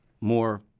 more